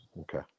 okay